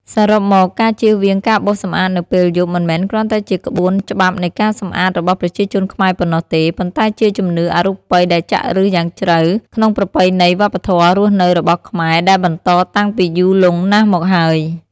សរុបមក ការជៀសវាងការបោសសម្អាតនៅពេលយប់ មិនមែនគ្រាន់តែជាក្បួនច្បាប់នៃការសម្អាតរបស់ប្រជាជនខ្មែរប៉ុណ្ណោះទេ ប៉ុន្តែជាជំនឿអរូបិយដែលចាក់ឬសយ៉ាងជ្រៅក្នុងប្រពៃណីវប្បធម៌រស់នៅរបស់ខ្មែរ ដែលបន្តតាំងពីយូរលង់ណាស់មកហើយ។